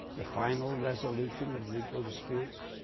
the final resolution of legal disputes,